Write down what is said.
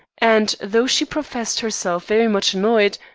and, though she professed herself very much annoyed,